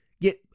get